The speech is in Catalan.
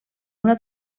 una